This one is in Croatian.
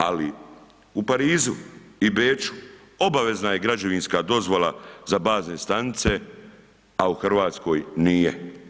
Ali u Parizu i Beču, obavezna je građevinska dozvola za bazne stanice, a u Hrvatskoj nije.